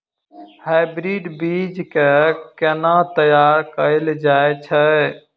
Hybrid बीज केँ केना तैयार कैल जाय छै?